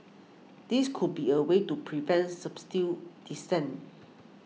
this could be a way to prevent dissent